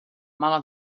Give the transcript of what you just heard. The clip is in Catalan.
mala